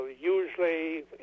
Usually